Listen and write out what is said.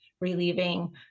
relieving